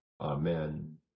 Amen